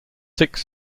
six